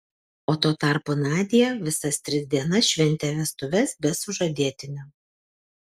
o tuo tarpu nadia visas tris dienas šventė vestuves be sužadėtinio